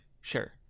sure